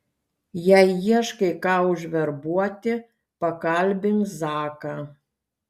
jei ieškai ką užverbuoti pakalbink zaką